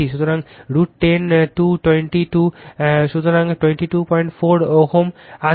সুতরাং √10 2 20 2 সুতরাং 224 Ω আসবে